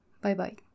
Bye-bye